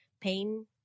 pain